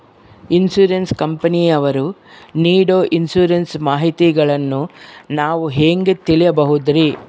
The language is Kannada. ಇನ್ಸೂರೆನ್ಸ್ ಕಂಪನಿಯವರು ನೇಡೊ ಇನ್ಸುರೆನ್ಸ್ ಮಾಹಿತಿಗಳನ್ನು ನಾವು ಹೆಂಗ ತಿಳಿಬಹುದ್ರಿ?